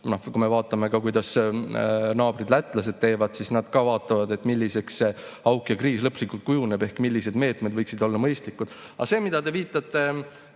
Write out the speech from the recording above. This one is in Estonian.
Kui me vaatame, kuidas naabrid lätlased teevad, siis nad ka vaatavad, milliseks see auk ja kriis lõplikult kujunevad, ehk millised meetmed võiksid olla mõistlikud. Aga see, millele te viitate